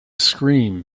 scream